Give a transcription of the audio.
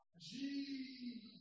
Jesus